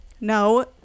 No